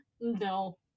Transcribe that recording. No